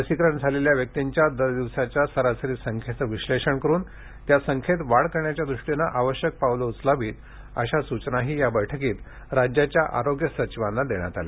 लसीकरण झालेल्या व्यक्तींच्या दरदिवसाच्या सरासरी संख्येचं विश्लेषण करून त्या संख्येत वाढ करण्याच्या दृष्टीनं आवश्यक पावलं उचलावीत अशी सूचनाही या बैठकीत राज्याच्या आरोग्यसचिवांना देण्यात आल्या